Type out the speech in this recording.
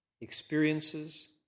Experiences